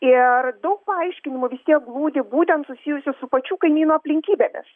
ir daug paaiškinimų vis tiek glūdi būtent susijusių su pačių kaimynų aplinkybėmis